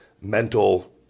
mental